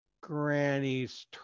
Granny's